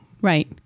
right